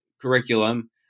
curriculum